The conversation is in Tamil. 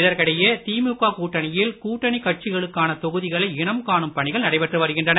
இதற்கிடையே திமுக கூட்டணியில் கூட்டணி கட்சிகளுக்கான தொகுதிகளை இனம் காணும் பணிகள் நடைபெற்று வருகின்றன